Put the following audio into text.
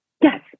Yes